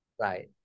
Right